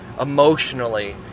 emotionally